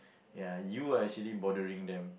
ya you are actually bothering them